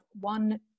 one